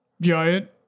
Giant